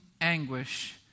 anguish